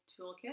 toolkit